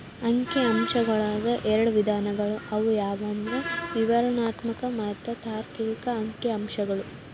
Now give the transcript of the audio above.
ಅಂಕಿ ಅಂಶಗಳೊಳಗ ಎರಡ್ ವಿಧಗಳು ಅವು ಯಾವಂದ್ರ ವಿವರಣಾತ್ಮಕ ಮತ್ತ ತಾರ್ಕಿಕ ಅಂಕಿಅಂಶಗಳು